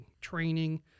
training